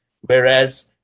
whereas